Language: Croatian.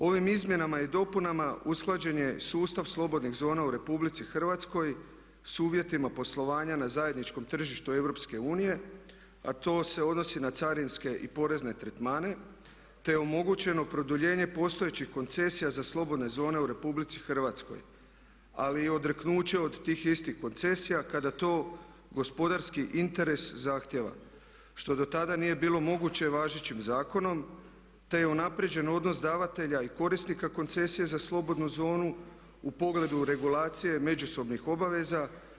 Ovim izmjenama i dopunama usklađen je sustav slobodnih zona u Republici Hrvatskoj s uvjetima poslovanja na zajedničkom tržištu EU, a to se odnosi na carinske i porezne tretmane, te je omogućeno produljenje postojećih koncesija za slobodne zone u Republici Hrvatskoj, ali i odreknuće od tih istih koncesija kada to gospodarski interes zahtijeva što do tada nije bilo moguće važećim zakonom, te je unaprijeđen odnos davatelja i korisnika koncesije za slobodnu zonu u pogledu regulacije međusobnih obaveza.